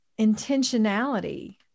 intentionality